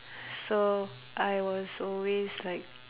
so I was always like